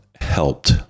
helped